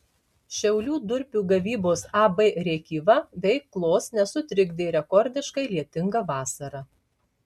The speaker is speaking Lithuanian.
šiaulių durpių gavybos ab rėkyva veiklos nesutrikdė rekordiškai lietinga vasara